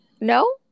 no